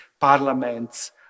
parliaments